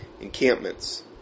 encampments